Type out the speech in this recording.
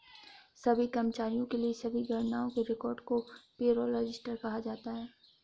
सभी कर्मचारियों के लिए सभी गणनाओं के रिकॉर्ड को पेरोल रजिस्टर कहा जाता है